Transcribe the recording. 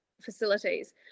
facilities